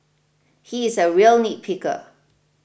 he is a real nitpicker